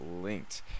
linked